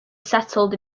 settled